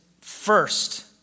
first